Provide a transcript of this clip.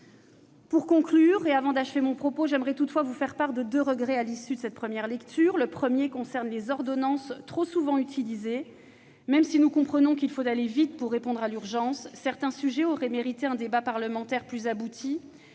aux soins. Avant d'achever mon propos, je souhaite toutefois faire part de deux regrets à l'issue de cette première lecture. Le premier concerne le recours aux ordonnances, trop souvent utilisé. Nous comprenons qu'il faut aller vite pour répondre à l'urgence, mais certains sujets auraient mérité un débat parlementaire plus approfondi.